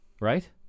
right